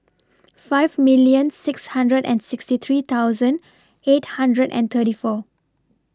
five million six hundred and sixty three thousand eight hundred and thirty four